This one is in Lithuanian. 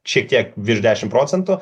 šiek tiek virš dešimt procentų